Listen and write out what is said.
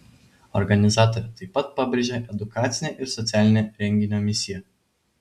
organizatorė taip pat pabrėžia edukacinę ir socialinę renginio misiją